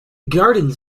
gardens